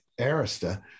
Arista